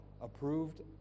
approved